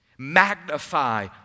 Magnify